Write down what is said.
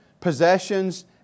possessions